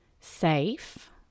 safe